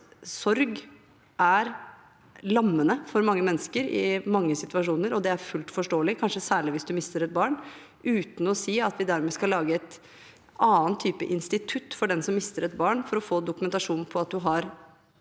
sorg er lammende for mange mennesker i mange situasjoner, og det er fullt forståelig, kanskje særlig hvis du mister et barn, uten å si at vi dermed skal lage en annen type institutt for dem som mister et barn, for å få dokumentasjon på at du har, for